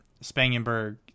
Spangenberg